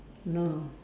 no